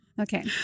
Okay